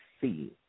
see